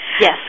Yes